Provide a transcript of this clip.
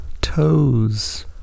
toes